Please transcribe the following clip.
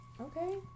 Okay